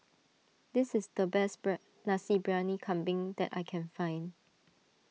this is the best Nasi Briyani Kambing that I can find